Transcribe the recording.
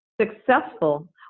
successful